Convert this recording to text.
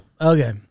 Okay